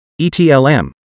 ETLM